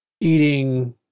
eating